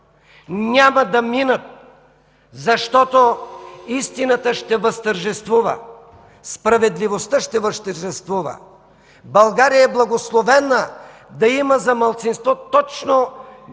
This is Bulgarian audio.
няма да минат, защото истината ще възтържествува, справедливостта ще възтържествува. България е благословена да има за малцинство точно своите